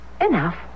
Enough